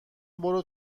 برو